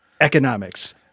economics